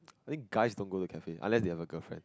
I think guys don't go to cafes unless they have a girlfriend